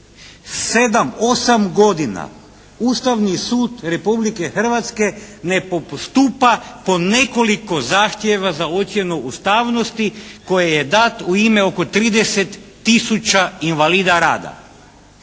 7, 8 godina Ustavni sud Republike Hrvatske ne postupa po nekoliko zahtjeva za ocjenu ustavnosti koje je dat u ime oko 30 tisuća invalida rada.